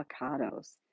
avocados